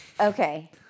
Okay